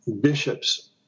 bishops